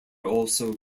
also